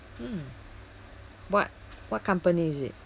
mm what what company is it